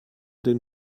den